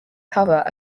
cover